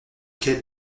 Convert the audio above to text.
quel